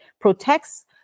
protects